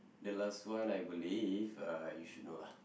the last one I believe uh you should know lah